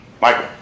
Michael